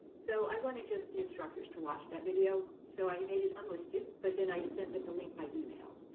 so i wanted just the instructors to watch that video, so i made it unlisted, but then i sent them the link by email,